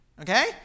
okay